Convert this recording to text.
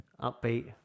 Upbeat